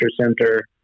Center